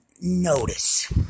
notice